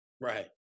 Right